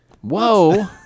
Whoa